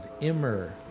Immer